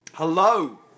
Hello